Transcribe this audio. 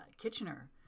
Kitchener